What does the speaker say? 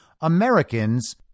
Americans